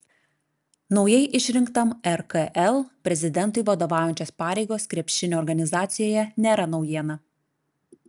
naujai išrinktam rkl prezidentui vadovaujančios pareigos krepšinio organizacijoje nėra naujiena